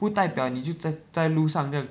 不代表你就在在路上这样